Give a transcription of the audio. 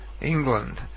England